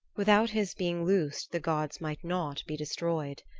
without his being loosed the gods might not be destroyed.